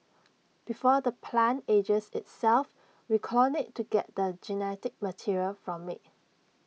before the plant ages itself we clone IT to get the genetic material from IT